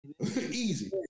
Easy